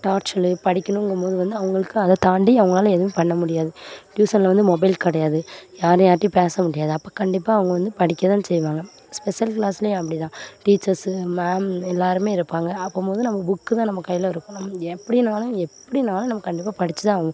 டார்ச்சலு படிக்கணுங்கும் போது வந்து அவங்களுக்கு அதை தாண்டி அவங்களால எதுவும் பண்ண முடியாது டியூசனில் வந்து மொபைல் கிடையாது யார் யார்டையும் பேச முடியாது அப்போ கண்டிப்பாக அவங்க வந்து படிக்கத் தான் செய்வாங்க ஸ்பெஷல் கிளாஸ்லையும் அப்படி தான் டீச்சர்ஸு மேமு எல்லோருமே இருப்பாங்க அப்பம்போது நம்ம புக்கு தான் நம்ம கையில் இருக்கும் நம்ம எப்படினாலும் எப்படினாலும் நம்ம கண்டிப்பா படிச்சு தான் ஆகணும்